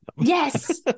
Yes